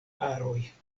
aroj